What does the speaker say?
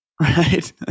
right